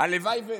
הלוואי ואתבדה,